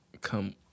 come